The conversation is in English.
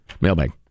Mailbag